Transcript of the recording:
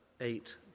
eight